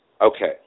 Okay